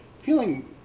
feeling